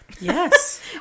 yes